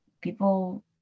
People